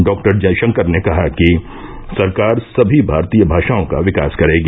डॉ जयशंकर ने कहा कि सरकार सभी भारतीय भाषाओं का विकास करेगी